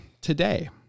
today